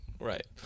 Right